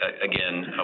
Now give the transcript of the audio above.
Again